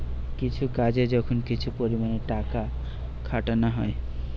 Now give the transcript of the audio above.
কিছু কাজে যখন কিছু পরিমাণে টাকা খাটানা হয়